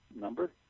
number